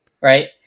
right